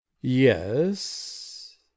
yes